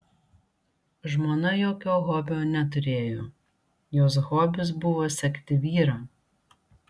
žmona jokio hobio neturėjo jos hobis buvo sekti vyrą